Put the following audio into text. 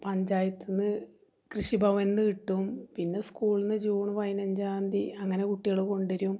പഞ്ചായത്തില്നിന്ന് കൃഷി ഭവനില്നിന്ന് കിട്ടും പിന്നെ സ്കൂളില്നിന്ന് ജൂണ് പതിനഞ്ചാംതി അങ്ങനെ കുട്ടികള് കൊണ്ടുവരും